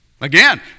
Again